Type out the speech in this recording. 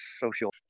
social